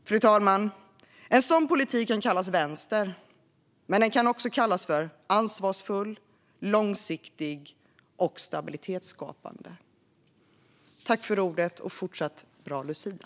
Fru talman! En sådan politik kan kallas vänster. Men den kan också kallas för ansvarsfull, långsiktig och stabilitetsskapande. Tack för ordet, och ha en fortsatt bra Lucia!